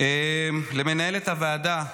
למנהלת הוועדה,